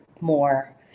more